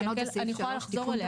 אני יכולה לחזור אליה,